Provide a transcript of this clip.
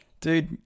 dude